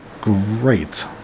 Great